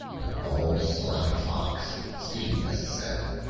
an old sly fox, seeing this, said,